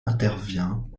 intervient